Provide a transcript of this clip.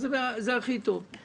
אז זה הכי טוב;